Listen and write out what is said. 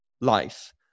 life